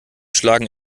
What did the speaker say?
schlagen